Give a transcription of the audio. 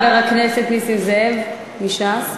חבר הכנסת נסים זאב מש"ס,